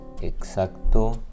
exacto